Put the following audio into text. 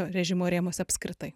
režimo rėmuose apskritai